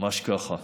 ממש ככה.